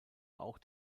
auch